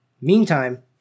Meantime